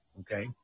Okay